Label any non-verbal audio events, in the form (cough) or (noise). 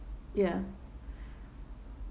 ya (breath)